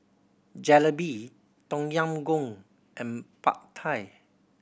Jalebi Tom Yam Goong and Pad Thai